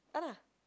!han nah!